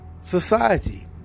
society